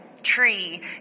tree